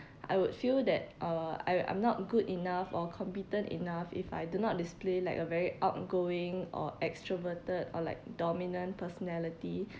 I would feel that uh I I'm not good enough or competent enough if I do not display like a very outgoing or extroverted or like dominant personality